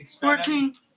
Fourteen